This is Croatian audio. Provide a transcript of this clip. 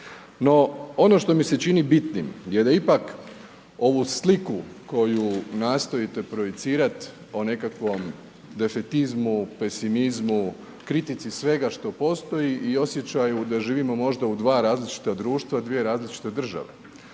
No, ono što mi se čini bitnim je da ipak ovu sliku koju nastojite projicirat o nekakvom defetizmu, pesimizmu, kritici svega što postoji i osjećaju da živimo možda u 2 različita društva, 2 različite države,